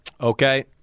Okay